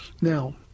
Now